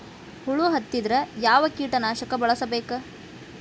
ಹುಳು ಹತ್ತಿದ್ರೆ ಯಾವ ಕೇಟನಾಶಕ ಬಳಸಬೇಕ?